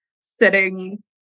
sitting